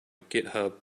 github